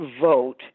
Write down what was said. vote